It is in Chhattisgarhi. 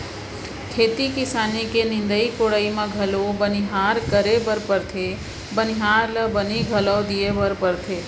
खेती किसानी के निंदाई कोड़ाई म घलौ बनिहार करे बर परथे बनिहार ल बनी घलौ दिये बर परथे